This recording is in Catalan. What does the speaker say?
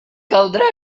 caldrà